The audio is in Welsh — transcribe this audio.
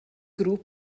grŵp